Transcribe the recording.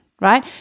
right